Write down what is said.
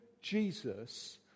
Jesus